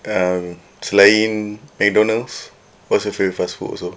um selain McDonald's what's your favourite fast food also